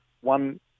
one